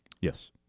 Yes